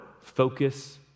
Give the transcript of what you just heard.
focus